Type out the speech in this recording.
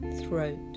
throat